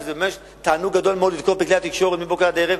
שאותו זה ממש תענוג גדול לתקוף בכלי התקשורת מבוקר ועד ערב.